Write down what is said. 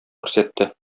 күрсәтте